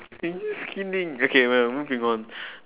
I'm just kidding okay well moving on